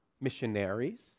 missionaries